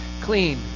clean